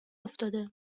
افتاده